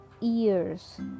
ears